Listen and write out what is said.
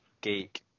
geek